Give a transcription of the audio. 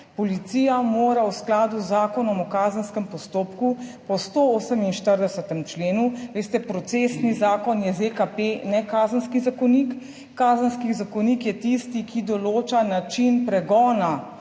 Policija mora v skladu z Zakonom o kazenskem postopku po 148. členu, veste, procesni zakon je ZKP, ne Kazenski zakonik. Kazenski zakonik je tisti, ki določa način pregona